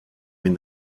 win